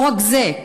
לא רק זה.